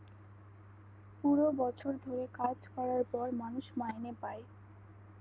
পুরো বছর ধরে কাজ করার পর মানুষ মাইনে পাই